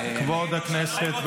כבוד הכנסת,